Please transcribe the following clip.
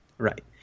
Right